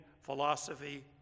philosophy